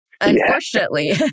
unfortunately